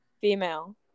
Female